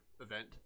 event